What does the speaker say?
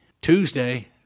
Tuesday